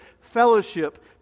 Fellowship